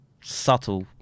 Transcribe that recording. subtle